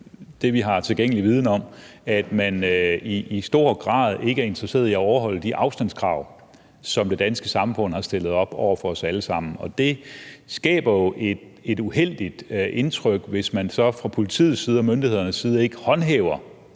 det viser al tilgængelig viden om det – at man i høj grad ikke er interesseret i at overholde de afstandskrav, som det danske samfund har stillet op over for os alle sammen. Og det skaber jo et uheldigt indtryk, hvis man så fra politiets og myndighedernes side ikke håndhæver